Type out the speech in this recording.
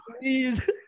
please